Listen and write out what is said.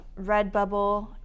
Redbubble